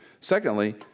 Secondly